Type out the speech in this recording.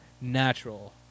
natural